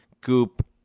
goop